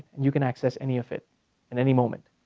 you can access any of it at any moment.